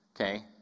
okay